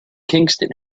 kingston